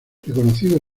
reconocido